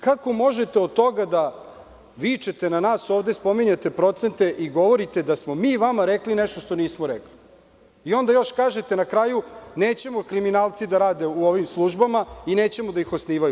Kako možete od toga da vičete na nas, ovde spominjete procente i govorite da smo mi vama rekli nešto što nismo rekli i onda još kažete na kraju, nećemo da kriminalci rade u ovim službama i nećemo da ih osnivaju.